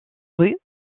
rues